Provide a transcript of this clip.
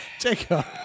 Jacob